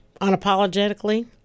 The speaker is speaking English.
unapologetically